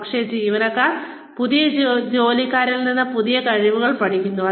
പഴയ ജീവനക്കാർ പുതിയ ജോലിക്കാരിൽ നിന്ന് പുതിയ കഴിവുകൾ പഠിക്കുന്നു